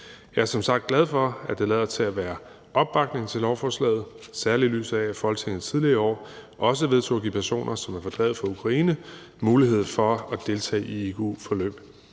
Jeg er som sagt glad for, at der lader til at være opbakning til lovforslaget, særlig i lyset af at Folketinget tidligere i år også vedtog at give personer, som er fordrevet fra Ukraine, mulighed for at deltage i igu-forløb.